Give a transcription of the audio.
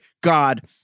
God